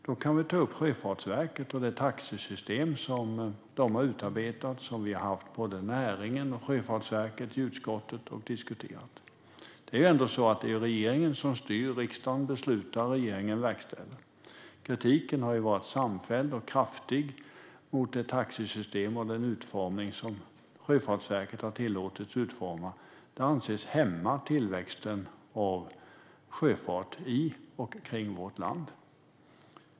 Då kan vi ta upp Sjöfartsverket och det taxesystem som de har utarbetat och som både näringen och Sjöfartsverket har varit i utskottet och diskuterat. Det är ändå så att det är regeringen som styr. Riksdagen beslutar, regeringen verkställer. Kritiken har varit samfällig och kraftig mot det taxesystem som Sjöfartsverket har tillåtits utforma. Det anses hämma sjöfartens tillväxt i och kring vårt land.